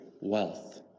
wealth